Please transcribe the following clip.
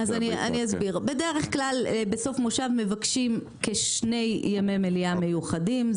בדרך כלל בסוף מושב מבקשים כשני ימי מליאה מיוחדים.